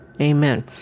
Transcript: Amen